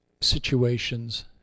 situations